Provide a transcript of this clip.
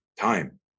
Time